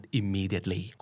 immediately